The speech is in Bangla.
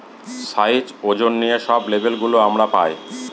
সাইজ, ওজন নিয়ে সব লেবেল গুলো আমরা পায়